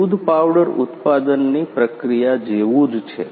દૂધ પાવડર ઉત્પાદનની પ્રક્રિયા જેવું છે